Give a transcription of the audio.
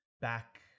back